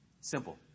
Simple